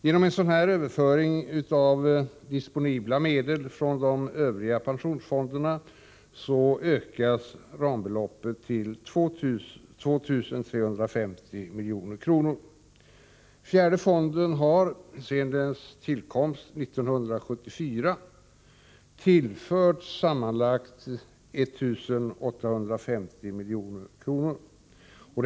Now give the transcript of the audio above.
Genom en sådan överföring av disponibla medel från de Övriga pensionsfonderna ökas rambeloppet till 2 350 milj.kr. Fjärde fonden har sedan sin tillkomst 1974 tillförts sammanlagt 1 850 milj.kr.